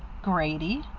grady?